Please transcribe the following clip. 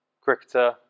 cricketer